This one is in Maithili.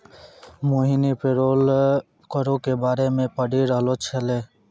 मोहिनी पेरोल करो के बारे मे पढ़ि रहलो छलै